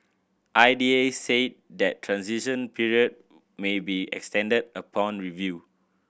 I D A said the transition period may be extended upon review